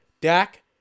Dak